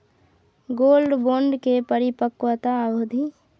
Gold bond के परिपक्वता अवधि?